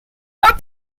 were